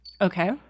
Okay